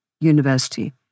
University